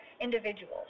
individuals